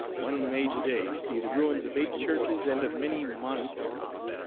one may to-day see the ruins of eight churches and of many monasteries.